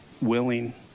willing